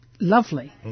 lovely